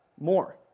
more.